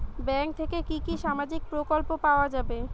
Bank থেকে কি কি সামাজিক প্রকল্প পাওয়া যাবে?